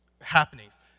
happenings